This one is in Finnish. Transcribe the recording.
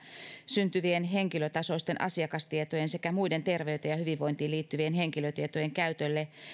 syntyvien henkilötasoisten asiakastietojen sekä muiden terveyteen ja hyvinvointiin liittyvien henkilötietojen käytölle